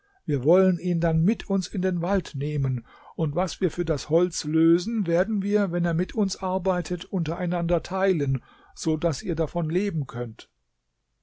wir wollen ihn dann mit uns in den wald nehmen und was wir für das holz lösen werden wir wenn er mit uns arbeitet untereinander teilen so daß ihr davon leben könnt